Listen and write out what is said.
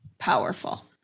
powerful